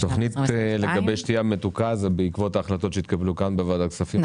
התכנית לגבי שתייה מתוקה היא בעקבות ההחלטות שהתקבלו בוועדת כספים,